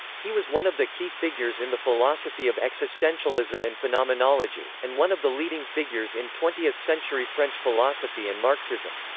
he was one of the key figures in the philosophy of existentialism and phenomenology, and one of the leading figures in twentieth century french philosophy and marxism.